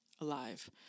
alive